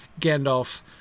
Gandalf